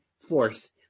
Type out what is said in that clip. force